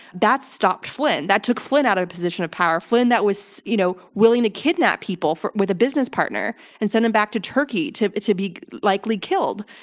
that stopped flynn. that took flynn out of a position of power. flynn that was, you know, willing to kidnap people with a business partner and send him back to turkey to to be likely killed.